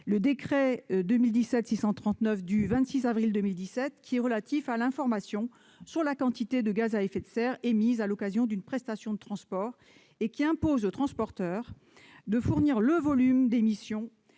le décret n° 2017-639 du 26 avril 2017 relatif à l'information sur la quantité de gaz à effet de serre émise à l'occasion d'une prestation de transport. Ce texte impose aux transporteurs de fournir le volume d'émissions